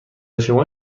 شما